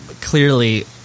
clearly